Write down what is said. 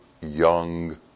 young